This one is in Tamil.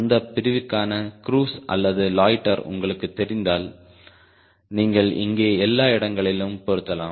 அந்த பிரிவுக்கான க்ரூஸ் அல்லது லொய்ட்டர் உங்களுக்குத் தெரிந்தால் நீங்கள் இங்கே எல்லா இடங்களிலும் பொருத்தலாம்